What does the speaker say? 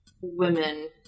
women